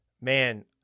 man